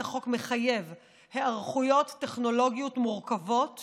החוק מחייב היערכויות טכנולוגיות מורכבות